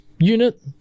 unit